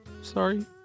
Sorry